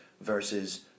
versus